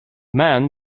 man